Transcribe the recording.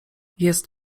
jest